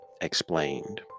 explained